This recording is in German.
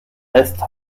ice